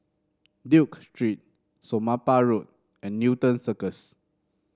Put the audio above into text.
Duke Street Somapah Road and Newton Circus